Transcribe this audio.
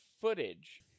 footage